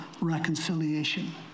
reconciliation